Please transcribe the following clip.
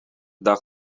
dag